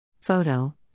Photo